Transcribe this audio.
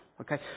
Okay